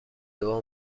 دعا